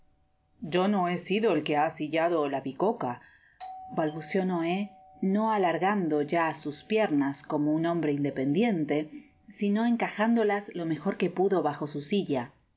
yo no he sido el que ha sillado la bicoca balbuceó noé no alargando ya sus piernas como un hombre independiente sno encajándolas lo mejor que pudo bajo su silla